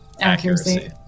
accuracy